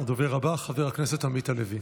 הדובר הבא, חבר הכנסת עמית הלוי.